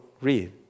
read